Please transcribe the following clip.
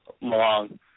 long